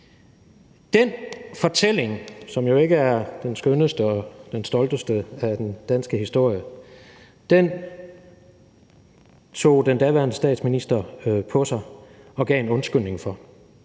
Den fortælling, som jo ikke er den skønneste og den stolteste i den danske historie, tog den daværende statsminister på sig og gav en undskyldning for.